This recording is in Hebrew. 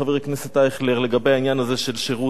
לגבי העניין הזה של שירות התנדבותי.